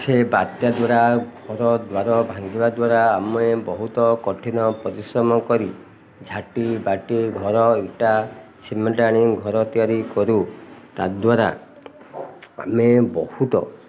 ସେ ବାତ୍ୟା ଦ୍ୱାରା ଘର ଦ୍ୱାର ଭାଙ୍ଗିବା ଦ୍ୱାରା ଆମେ ବହୁତ କଠିନ ପରିଶ୍ରମ କରି ଝାଟି ମାଟି ଘର ଇଟା ସିମେଣ୍ଟ୍ ଆଣି ଘର ତିଆରି କରୁ ତାଦ୍ୱାରା ଆମେ ବହୁତ